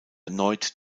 erneut